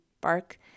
bark